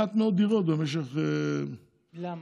מעט מאוד דירות, במשך, למה?